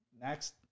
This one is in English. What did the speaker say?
Next